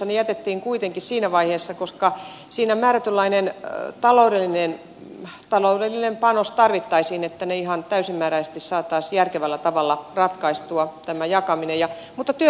ne jätettiin kuitenkin siinä vaiheessa koska siinä määrätynlainen taloudellinen panos tarvittaisiin että ihan täysimääräisesti saataisiin järkevällä tavalla ratkaistua tämä jakaminen mutta työ jatkuu